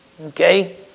Okay